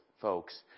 folks